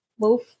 move